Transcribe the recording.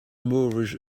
moorish